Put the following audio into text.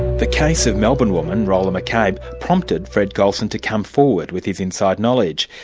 the case of melbourne woman, rolah mccabe prompted fred gulson to come forward with his inside knowledge.